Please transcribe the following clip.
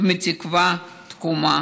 ומהתקווה, תקומה.